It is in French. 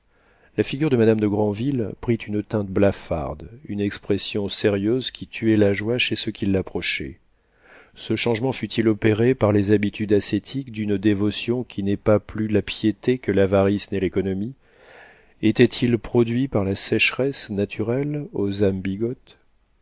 la figure de madame de granville prit une teinte blafarde une expression sérieuse qui tuait la joie chez ceux qui l'approchaient ce changement fut-il opéré par les habitudes ascétiques d'une dévotion qui n'est pas plus la piété que l'avarice n'est l'économie était-il produit par la sécheresse naturelle aux